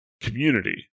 community